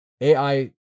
AI